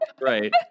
Right